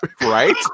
right